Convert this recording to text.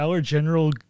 general